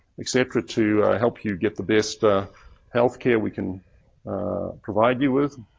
etc. to help you get the best healthcare we can provide you with.